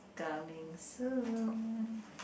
coming soon